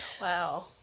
Wow